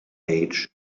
age